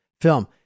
film